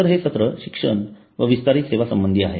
तर हे सत्र शिक्षण व विस्तारीत सेवा संबधी आहे